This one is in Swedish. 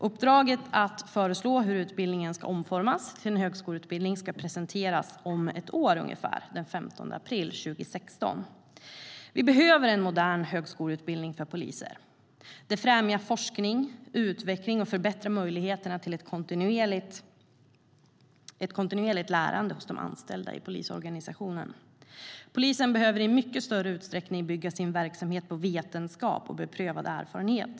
Uppdraget att föreslå hur utbildningen kan omformas till en högskoleutbildning ska presenteras om ungefär ett år, den 15 april 2016. Vi behöver en modern högskoleutbildning för poliser. Det främjar forskning och utveckling och förbättrar möjligheterna till ett kontinuerligt lärande hos de anställda i polisorganisationen. Polisen behöver i mycket större utsträckning bygga sin verksamhet på vetenskap och beprövad erfarenhet.